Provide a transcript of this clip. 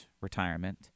retirement